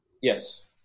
Yes